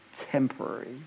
Temporary